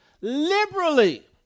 liberally